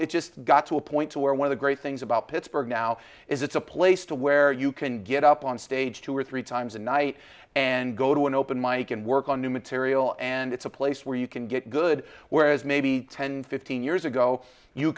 it just got to a point to where one of the great things about pittsburgh now is it's a place to where you can get up on stage two or three times a night and go to an open mike and work on new material and it's a place where you can get good whereas maybe ten fifteen years ago you